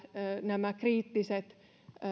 nämä kriittiset